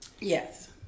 Yes